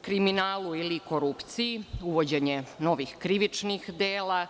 kriminalu ili korupciji, uvođenje novih krivičnih dela.